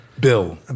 Bill